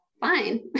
fine